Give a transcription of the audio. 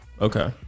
Okay